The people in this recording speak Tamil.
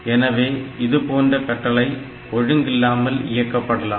எனவே இதுபோன்ற கட்டளைகளை ஒழுங்கில்லாமல் இயக்கலாம்